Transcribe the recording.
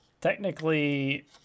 Technically